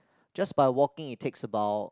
just by walking it takes about